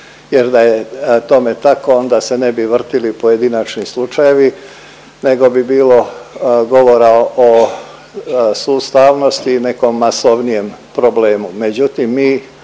jer da je tome tako onda se ne bi vrtili pojedinačni slučajevi nego bi bilo govora o sustavnosti i nekom masovnijem problemu. Međutim, mi